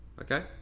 okay